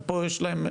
גם פה יש להם,